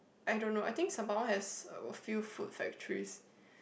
I don't know I think Sembawang has a few food factories